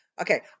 okay